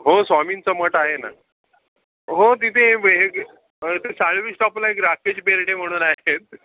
हो स्वामींचा मठ आहे ना हो तिथे हे तिथे साळवी स्टाॅपला एक राकेश बेरडे म्हणून आहेत